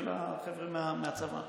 של החבר'ה מהצבא.